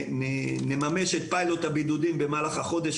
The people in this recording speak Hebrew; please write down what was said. נממש את פיילוט הבידודים במהלך החודש